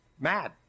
Mad